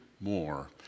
more